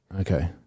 Okay